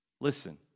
Listen